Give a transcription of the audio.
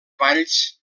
balls